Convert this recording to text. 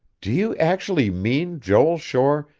do you actually mean, joel shore,